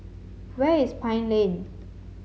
where is Pine Lane